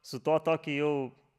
su tuo tokį jau